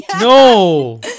no